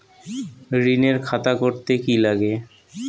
ঋণের খাতা করতে কি লাগে?